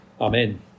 Amen